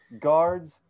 guards